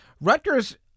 Rutgers